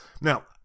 Now